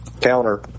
counter